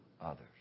others